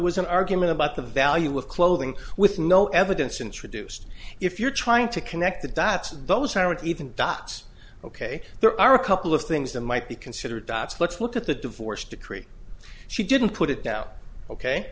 was an argument about the value of clothing with no evidence introduced if you're trying to connect the dots those aren't even dots ok there are a couple of things that might be considered dots let's look at the divorce decree she didn't put it out ok